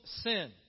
sin